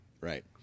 right